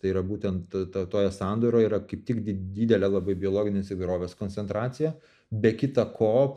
tai yra būtent toje sandoroje yra kaip tik di didelė labai biologinės įvairovės koncentracija be kita ko